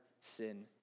sin